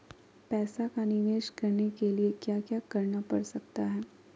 पैसा का निवेस करने के लिए क्या क्या करना पड़ सकता है?